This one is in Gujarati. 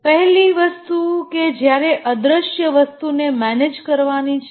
પહેલી વસ્તુ કે તમારે અદ્રશ્ય વસ્તુને મેનેજ કરવાની છે